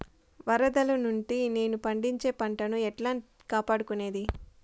వరదలు నుండి నేను పండించే పంట ను ఎట్లా కాపాడుకునేది?